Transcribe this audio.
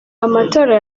amatora